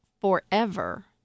forever